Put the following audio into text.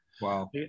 Wow